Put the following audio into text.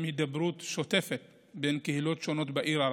הידברות שוטפת בין קהילות שונות בעיר ערד.